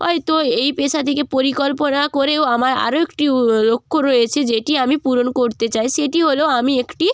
হয় তো এই পেশা থেকে পরিকল্পনা করেও আমার আরও একটি লক্ষ্য রয়েছে যেটি আমি পূরণ করতে চাই সেটি হলো আমি একটি